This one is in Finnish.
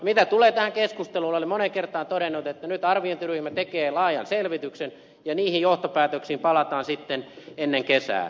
mitä tulee tähän keskusteluun olen moneen kertaan todennut että nyt arviointiryhmä tekee laajan selvityksen ja niihin johtopäätöksiin palataan sitten ennen kesää